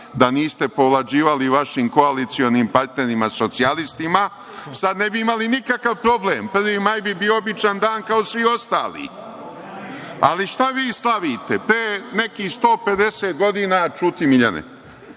da niste povlađivali vašim koalicionim partnerima, socijalistima, sad ne biste imali nikakav problem, 1. maj bi bio običan dan kao svi ostali. Ali, šta vi slavite, pre nekih 150 godina štrajkovali